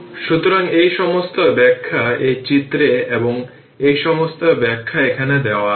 সুতরাং এই সমস্ত ব্যাখ্যা এই চিত্র এ এবং এই সমস্ত ব্যাখ্যা এখানে দেয়া আছে